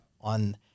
on